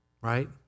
right